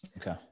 Okay